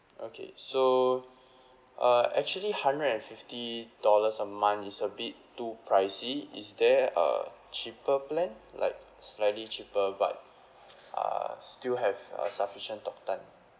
okay so uh actually hundred and fifty dollars a month is a bit too pricey is there a cheaper plan like slightly cheaper but err still have a sufficient talk time